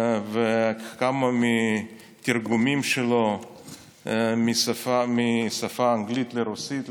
כמה מהתרגומים שלו מהשפה האנגלית לרוסית,